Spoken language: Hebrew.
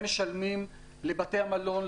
הם משלמים לבתי המלון,